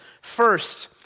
first